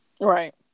right